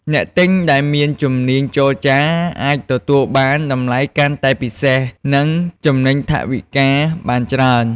អ្នកទិញដែលមានជំនាញចរចាអាចទទួលបានតម្លៃកាន់តែពិសេស និងចំណេញថវិកាបានច្រើន។